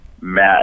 Matt